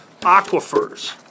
aquifers